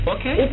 Okay